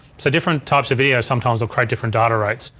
so different types of videos sometimes will create different data rates,